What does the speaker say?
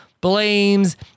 blames